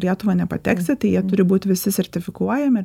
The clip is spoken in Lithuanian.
lietuvą nepateksi tai jie turi būt visi sertifikuojami